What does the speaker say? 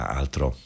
altro